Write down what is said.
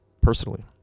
personally